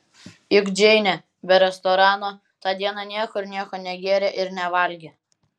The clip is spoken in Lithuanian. juk džeinė be restorano tą dieną niekur nieko negėrė ir nevalgė